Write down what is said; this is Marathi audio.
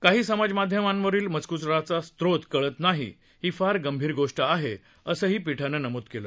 काही समाज माध्यमांवरील मजक्राचा स्रोत कळत नाही ही फार गंभीर गोष्ट आहे असंही पीठानं नमूद केलं